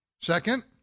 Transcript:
second